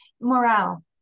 morale